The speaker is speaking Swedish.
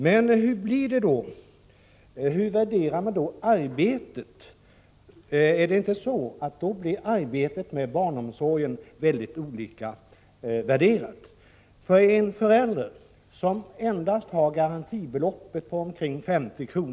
Men hur värderar man arbetet? Är det inte så att barnomsorgen då blir väldigt olika värderad för en förälder som endast har garantibeloppet på omkring 50 kr.